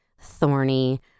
thorny